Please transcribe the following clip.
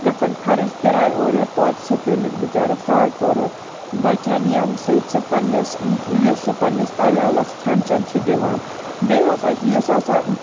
گَژھَن خرچ کراے اور یور تویتہِ چھِ تمِس بِچارَس ساڑ ژور ہَتھ بَچان ییٚمہِ سۭتۍ سُہ پَننِس یُس سُہ پَننِس عیالَس کھیٚن چیٚن چھُ دِوان بییٚہِ ہَسا چھُ یُس ہَسا